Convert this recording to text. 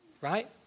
Right